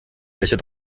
welcher